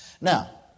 Now